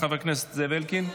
חבר הכנסת זאב אלקין,